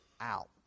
out